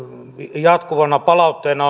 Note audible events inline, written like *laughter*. jatkuvana palautteena *unintelligible*